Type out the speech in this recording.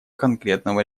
конкретного